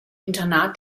internat